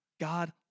God